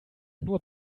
nur